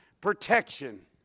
protection